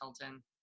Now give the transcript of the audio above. Hilton